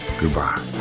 Goodbye